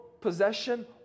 possession